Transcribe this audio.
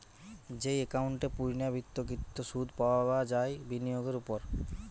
যেই একাউন্ট এ পূর্ণ্যাবৃত্তকৃত সুধ পাবা হয় বিনিয়োগের ওপর